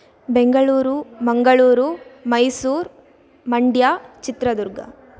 Bengaluru Mangaluru Mysore Mandya Chitradurga